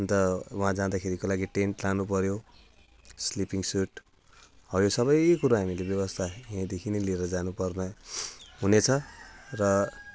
अन्त वहाँ जाँदाखेरिको लागि टेन्ट लानु पऱ्यो स्लिपिङ सुट हो यो सबै कुरा हामीले व्यवस्था यहाँदेखि नै लिएर जानु पर्ने हुने छ र